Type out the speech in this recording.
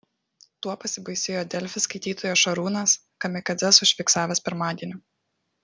tuo pasibaisėjo delfi skaitytojas šarūnas kamikadzes užfiksavęs pirmadienį